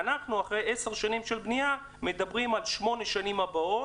ואנחנו אחרי 10 שנים של בנייה מדברים על שמונה השנים הבאות,